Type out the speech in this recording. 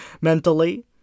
mentally